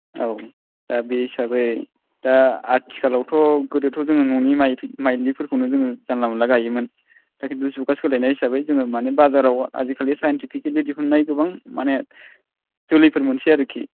औ दा बे हिसाबै दा आथिखालावथ' गोदोथ' जों न'नि माइ माइलिफोरखौनो जोङो जानला मोनला गायोमोन दा खिन्थु जुगा सोलायनाय हिसाबै जोङो माने बाजाराव आजिखालि सायन्टिफिकेलि दिहुननाय गोबां माने जोलैफोर मोनसै आरोखि